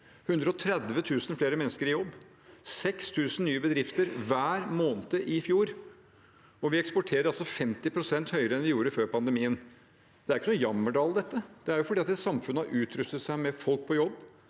130 000 flere mennesker i jobb, det ble 6 000 nye bedrifter hver måned i fjor, og vi eksporterer altså 50 pst. mer enn vi gjorde før pandemien. Dette er jo ingen jammerdal. Det er fordi samfunnet har utrustet seg med folk på jobb,